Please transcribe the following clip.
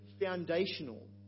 foundational